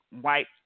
white